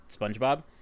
SpongeBob